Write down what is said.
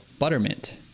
buttermint